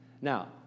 Now